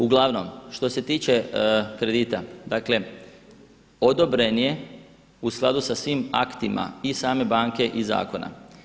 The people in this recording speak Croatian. Uglavnom što se tiče kredita, dakle odobren je u skladu sa svim aktima i same banke i zakona.